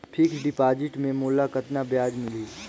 Fixed deposit मे मोला कतका ब्याज मिलही?